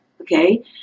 okay